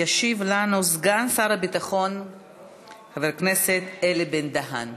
ישיב לנו סגן שר הביטחון חבר הכנסת אלי בן-דהן.